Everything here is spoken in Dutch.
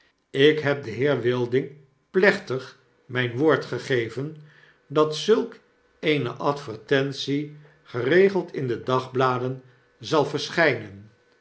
ik heb den heer wilding plechtig myn woord gegeven dat zulk eene advertentie geregeld in de dagbladen zal verschynen